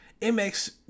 mx